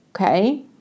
okay